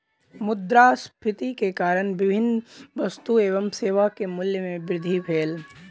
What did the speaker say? मुद्रास्फीति के कारण विभिन्न वस्तु एवं सेवा के मूल्य में वृद्धि भेल